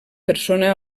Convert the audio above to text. persona